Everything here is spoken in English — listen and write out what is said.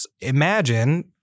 imagine